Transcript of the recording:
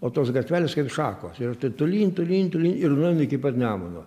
o tos gatvelės kaip šakos ir tolyn tolyn tolyn ir nueina iki pat nemuno